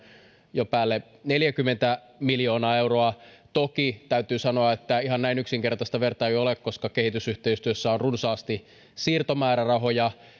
jo päälle neljäkymmentä miljoonaa euroa toki täytyy sanoa että ihan näin yksinkertaista vertailu ei ole koska kehitysyhteistyössä on runsaasti siirtomäärärahoja